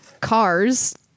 Cars